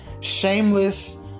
shameless